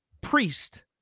priest